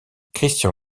christian